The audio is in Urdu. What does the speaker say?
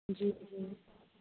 جی جی